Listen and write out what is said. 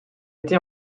été